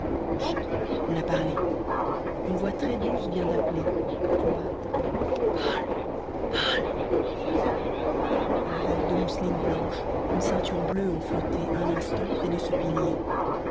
on a parlé une voix très douce vient d'appeler tout bas paul paul une robe de mousseline blanche une ceinture bleue ont flotté un instant près de ce pilier